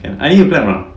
I need to clap or not